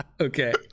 okay